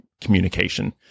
communication